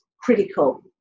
critical